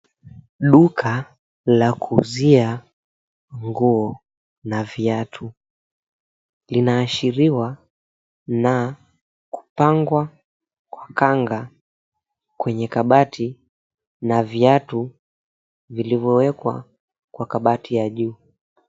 Duka la kuuzia nguo na viatu linaashiriwa na kupangwa kwa kanga kwenye kabati, na viatu vilivyowekwa kwa kabati ya juu.